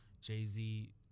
Jay-Z